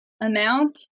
amount